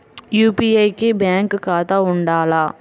UPI కి bank ఖాతా ఉండాల?